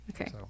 Okay